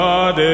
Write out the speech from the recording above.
God